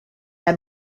had